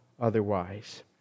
otherwise